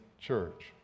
Church